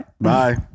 Bye